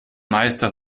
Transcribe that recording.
meister